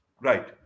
Right